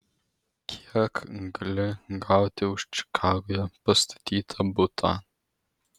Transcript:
kiek gali gauti už čikagoje pastatytą butą